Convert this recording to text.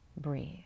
breathe